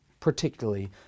particularly